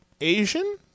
Asian